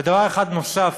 ודבר אחד נוסף,